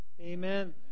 amen